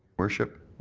worship,